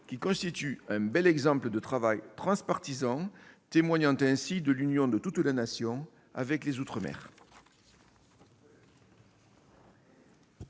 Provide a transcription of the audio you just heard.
qui constitue un bel exemple de travail transpartisan, témoignant ainsi de l'union de toute la Nation avec les outre-mer.